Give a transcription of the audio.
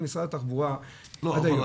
לא,